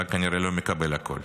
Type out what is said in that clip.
אתה כנראה לא מקבל הכול.